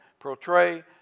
portray